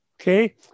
Okay